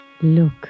Look